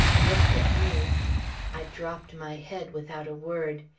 looked at me i dropped my head without a word.